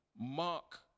Mark